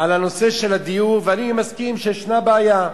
על נושא הדיור, ואני מסכים שיש בעיה.